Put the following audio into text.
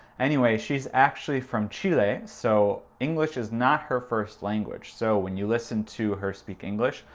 anyway, she's actually from chile, so english is not her first language. so when you listen to her speak english,